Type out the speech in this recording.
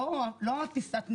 זה לא הפיסת נייר,